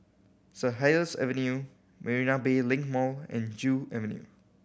Saint Helier's Avenue Marina Bay Link Mall and Joo Avenue